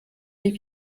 wie